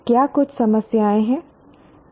क्या कुछ समस्याएं हैं